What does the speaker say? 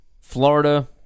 Florida